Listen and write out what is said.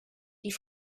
die